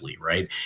Right